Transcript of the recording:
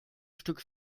stück